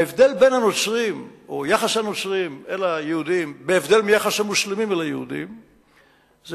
ההבדל בין יחס הנוצרים ליהודים לבין יחס המוסלמים ליהודים הוא,